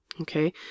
Okay